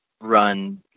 run